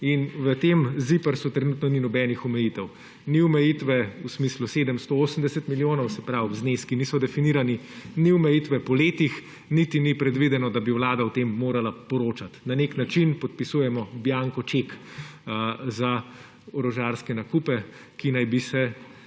in v tem ZIPRS-u trenutno ni nobenih omejitev. Ni omejitve v smislu 780 milijonov, se pravi, da zneski niso definirani, ni omejitve po letih, niti ni predvideno, da bi vlada o tem morala poročati. Na nek način podpisujemo bianko ček za orožarske nakupe, ki naj bi se